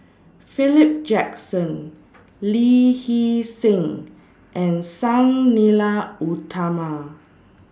Philip Jackson Lee Hee Seng and Sang Nila Utama